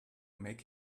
make